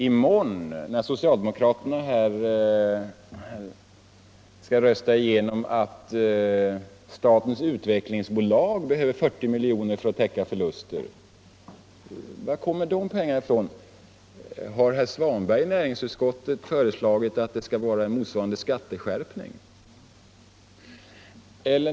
I morgon, när socialdemokraterna här skall rösta igenom 40 miljoner som statens utvecklingsbolag behöver för att täcka förluster, varifrån kommer då pengarna? Har herr Svanberg i näringsutskottet föreslagit att det skall vara en motsvarande skatteskärpning?